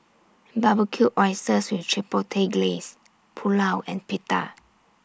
Barbecued Oysters with Chipotle Glaze Pulao and Pita